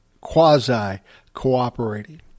quasi-cooperating